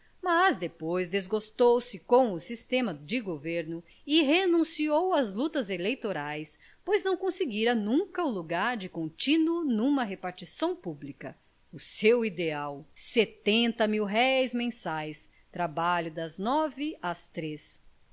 mas depois desgostou se com o sistema de governo e renunciou às lutas eleitorais pois não conseguira nunca o lugar de continuo numa repartição pública o seu ideal setenta mil-réis mensais trabalho das nove às três